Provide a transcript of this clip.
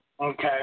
Okay